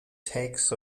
takes